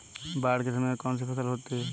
बाढ़ के समय में कौन सी फसल होती है?